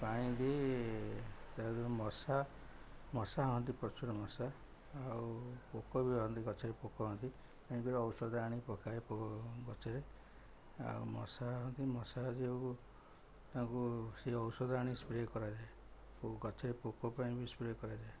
ପାଣି ଦେଇ ତା ମଶା ମଶା ହଅନ୍ତି ପ୍ରଚୁର ମଶା ଆଉ ପୋକ ବି ହୁଅନ୍ତି ଗଛରେ ପୋକ ହୁଅନ୍ତି ଏନ୍ତି କରି ଔଷଧ ଆଣି ପକାଏ ଗଛରେ ଆଉ ମଶା ହଅନ୍ତି ମଶା ଯେଉଁ ତାଙ୍କୁ ସେ ଔଷଧ ଆଣି ସ୍ପ୍ରେ କରାଯାଏ ଗଛରେ ପୋକ ପାଇଁ ବି ସ୍ପ୍ରେ କରାଯାଏ